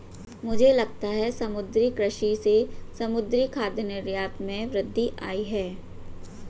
मुझे लगता है समुद्री कृषि से समुद्री खाद्य निर्यात में वृद्धि आयी है